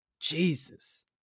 Jesus